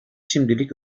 şimdilik